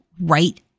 right